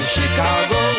Chicago